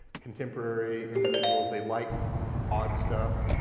contemporary individuals. they like odd stuff.